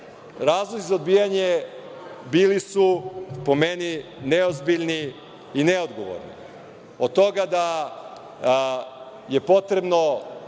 Vlade. Razlozi za odbijanje bili su, po meni, neozbiljni i neodgovorni, od toga da je potrebno